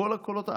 לכל הקולות.